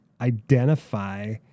identify